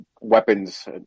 weapons